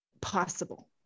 possible